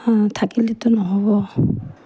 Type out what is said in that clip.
থাকিলেটো নহ'ব